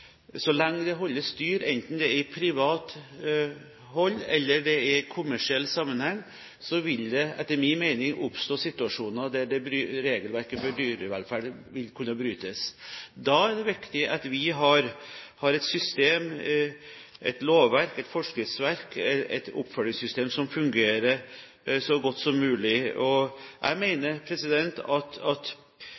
så lenge det holdes dyr enten i privat eller i kommersiell sammenheng, vil det etter min mening oppstå situasjoner der regelverket for dyrevelferd vil kunne brytes. Da er det viktig at vi har et system – et lovverk, et forskriftsverk, et oppfølgingssystem – som fungerer så godt som mulig. Jeg mener at med det lovverket vi har, som er moderne, og